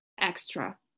extra